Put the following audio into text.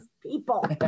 people